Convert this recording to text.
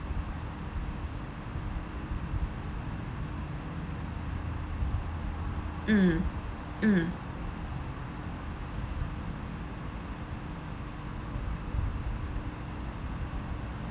mm mm